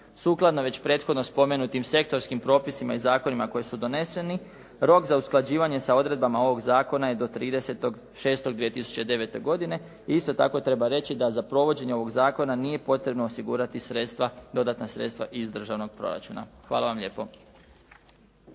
Sukladno već prethodno spomenutim sektorskim propisima i zakonima koji su doneseni, rok za usklađivanja sa odredbama ovog zakona je do 30.6.2009. godine i isto tako treba reći da za provođenje ovog zakona nije potrebno osigurati sredstva, dodatna sredstva iz državnog proračuna. Hvala vam lijepo.